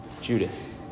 Judas